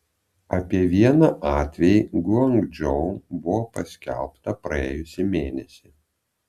apie vieną atvejį guangdžou buvo paskelbta praėjusį mėnesį